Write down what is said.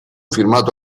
firmato